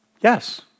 Yes